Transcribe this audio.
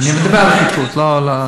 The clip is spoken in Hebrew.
אני מדבר על חיטוי.